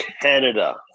Canada